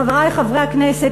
חברי חברי הכנסת,